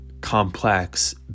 complex